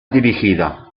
dirigida